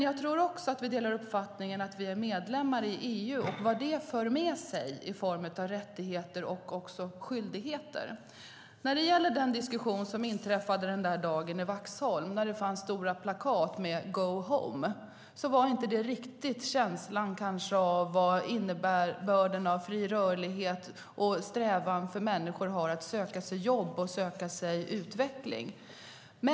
Jag tror också att vi delar uppfattningen att vi är medlemmar i EU och vad det för med sig i form av rättigheter och skyldigheter. Vad gäller den där dagen i Vaxholm stod det "Go home" på stora plakat. Där fanns ingen känsla för den fria rörligheten och strävan hos människor att söka sig till jobb och utveckling.